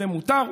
זה מותר.